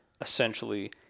essentially